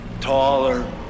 taller